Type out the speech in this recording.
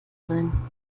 sein